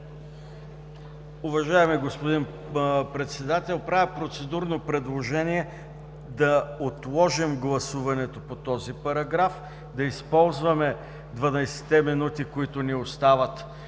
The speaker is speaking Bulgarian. Уважаеми господин Председател, правя процедурно предложение да отложим гласуването по този параграф, да използваме дванадесетте минути, които ни остават